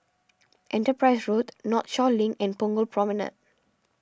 Enterprise Road Northshore Link and Punggol Promenade